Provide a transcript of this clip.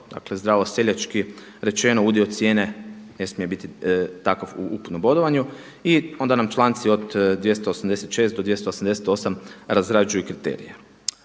Dakle, zdravo seljački rečeno udio cijene ne smije biti takav u ukupnom bodovanju. I onda nam članci od 286. do 288. razrađuju kriterije.